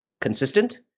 consistent